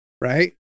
right